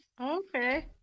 Okay